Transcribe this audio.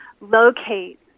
locate